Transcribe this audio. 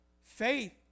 Faith